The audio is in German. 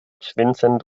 vincent